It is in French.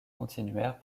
continuèrent